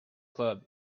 club